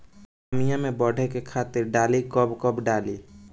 आमिया मैं बढ़े के खातिर का डाली कब कब डाली?